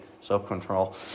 self-control